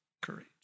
courage